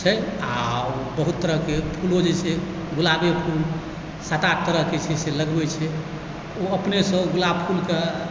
आ बहुत तरहकेँ फूलो जे छै गुलाबे फूल सात आठ तरहकेँ छै से लगबै छै ओ अपनेसँ गुलाब फूलके